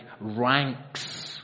ranks